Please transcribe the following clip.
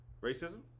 Racism